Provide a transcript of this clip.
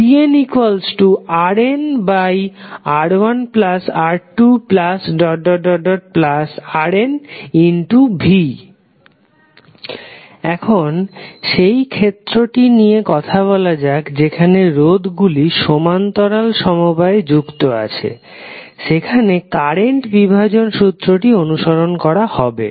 তাহলে vnRnR1R2Rnv এখন সেই ক্ষেত্রটি নিয়ে কথা বলা যাক যেখানে রোধ গুলি সমান্তরাল সমবায়ে যুক্ত আছে সেখানে কারেন্ট বিভাজন সূত্রটি অনুসরণ করা হবে